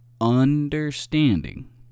understanding